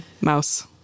mouse